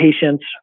patients